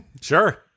Sure